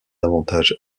davantage